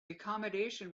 accommodation